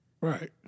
Right